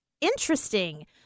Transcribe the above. Interesting